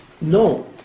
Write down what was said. No